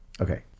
Okay